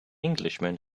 englishman